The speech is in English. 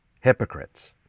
hypocrites